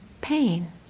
pain